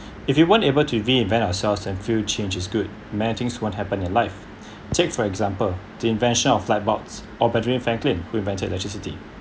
if you weren't able to reinvent ourselves then few change is good many things won't happen in life take for example the invention of flight bots or benjamin franklin who invented electricity